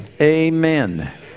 amen